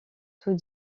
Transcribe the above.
tout